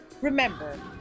Remember